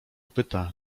pyta